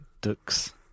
Ducks